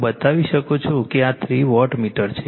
હું બતાવી શકું છું કે આ થ્રી વોટ મીટર છે